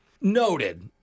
Noted